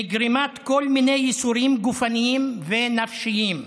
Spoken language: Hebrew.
מגרימת כל מיני ייסורים גופניים ונפשיים?